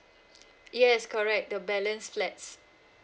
yes correct the balance flats